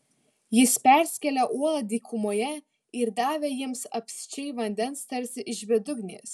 jis perskėlė uolą dykumoje ir davė jiems apsčiai vandens tarsi iš bedugnės